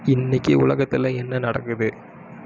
இன்னைக்கி உலகத்தில் என்ன நடக்குது